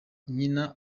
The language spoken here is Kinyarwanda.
nyina